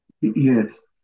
Yes